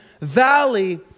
valley